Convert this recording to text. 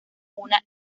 una